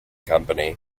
company